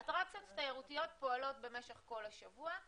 אטרקציות תיירותיות פועלות במשך כל השבוע,